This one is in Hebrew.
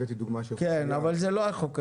זה לא החוק הזה.